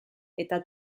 eta